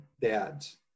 dads